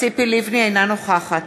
אינה נוכחת